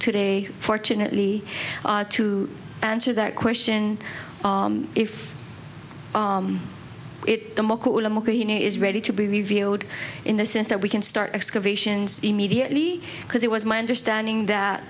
today fortunately to answer that question if it is ready to be revealed in the sense that we can start excavations immediately because it was my understanding that